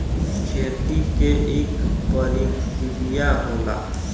खेती के इक परिकिरिया होला